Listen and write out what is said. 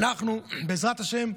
בעזרת השם,